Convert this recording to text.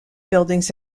buildings